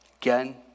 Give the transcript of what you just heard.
Again